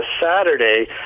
Saturday